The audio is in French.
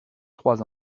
trois